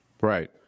right